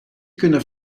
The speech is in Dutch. kunnen